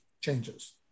changes